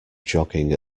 jogging